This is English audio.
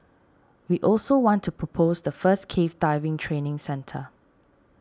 we also want to propose the first cave diving training centre